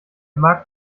markt